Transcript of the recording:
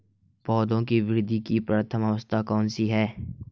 पौधों की वृद्धि की प्रथम अवस्था कौन सी है?